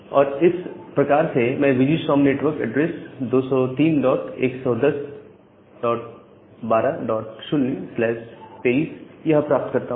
और इस प्रकार से मैं वीजीसॉम नेटवर्क ऐड्रेस 20311012023 यह प्राप्त करता हूं